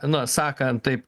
na sakant tai